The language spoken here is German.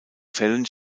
fällen